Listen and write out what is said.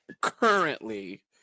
currently